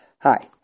Hi